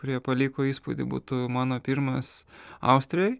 kurie paliko įspūdį būtų mano pirmas austrijoj